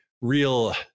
real